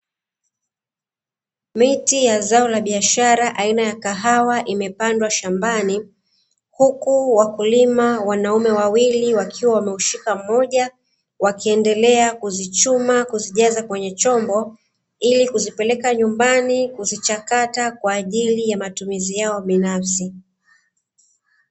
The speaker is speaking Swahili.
Miti ya zao la biashara aina ya kahawa imepandwa shambani, huku wakulima wanaume wawili wakiwa wameushika mmoja wakiendelea kuzichuma, kuzijaza kwenye chombo ili kuzipeleka nyumbani kuzichakata kwa ajili ya matumizi yao binafsi.